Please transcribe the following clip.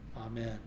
Amen